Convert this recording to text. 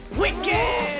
wicked